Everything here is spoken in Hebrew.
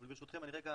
אבל ברשותכם אני רגע